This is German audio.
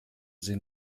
sie